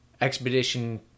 expedition